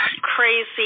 crazy